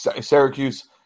Syracuse